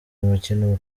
umukino